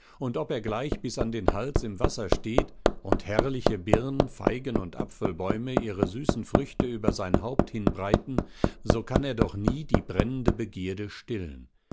und ob er gleich bis an den hals im wasser steht und herrliche birn feigen und apfelbäume ihre süßen früchte über sein haupt hinbreiten so kann er doch nie die brennende begierde stillen